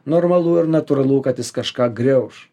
normalu ir natūralu kad jis kažką griauš